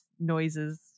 Noises